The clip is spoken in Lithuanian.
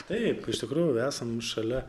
taip iš tikrųjų esam šalia